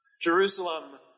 Jerusalem